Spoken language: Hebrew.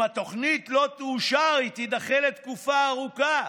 אם התוכנית לא תאושר, היא תידחה לתקופה ארוכה.